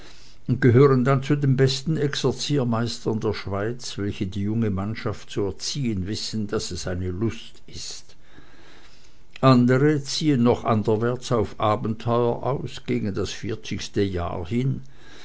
und gehören dann zu den besten exerziermeistern der schweiz welche die junge mannschaft zu erziehen wissen daß es eine lust ist andere ziehen noch anderwärts auf abenteuer aus gegen das vierzigste jahr hin